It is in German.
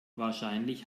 wahrscheinlich